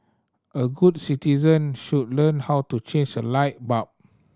all good citizen should learn how to change a light bulb